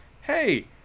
hey